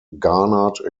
garnered